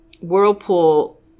whirlpool